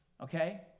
okay